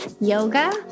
yoga